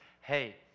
hey